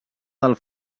del